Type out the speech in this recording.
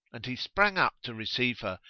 and he sprang up to receive her,